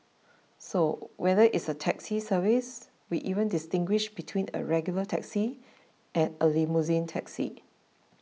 so whether it's a taxi service we even distinguish between a regular taxi and a limousine taxi